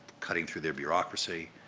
cutting through their bureaucracy,